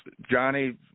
Johnny